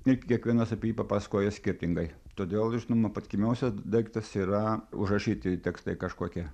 ir kiekvienas apie jį papasakoja skirtingai todėl žinoma patikimiausias daiktas yra užrašyti tekstai kažkokie